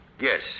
Yes